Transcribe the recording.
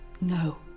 No